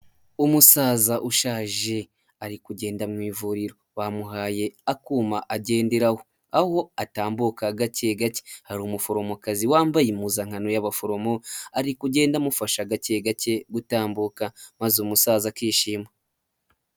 Umusaza ushaje ari kugenda mu ivuriro bamuhaye akuma agenderaho, aho atambuka gake gake, hari umuforomokazi wambaye impuzankano y'abaforomo ari kugenda amufashe agake gake gutambuka maze umusaza akishima.